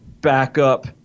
backup